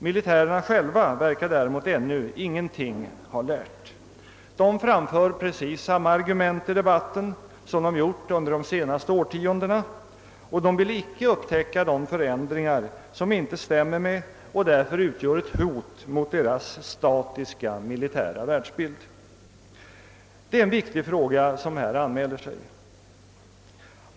Militärerna själva verkar däremot ännu ingenting ha lärt. De framför precis samma argument i debatten som de gjort under det senaste årtiondet och de vill icke upptäcka de förändringar som inte stämmer med och därför utgör ett hot mot deras statiska militära världsbild. Det är en viktig fråga som här anmäler sig.